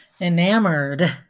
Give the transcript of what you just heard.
Enamored